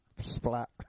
splat